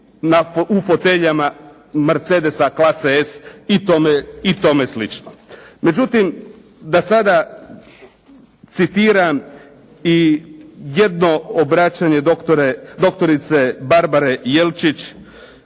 u foteljama mercedesa klase S i tome slično. Međutim, da sada citiram i jedno obraćanje dr. Barbare Jelčić,